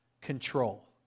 control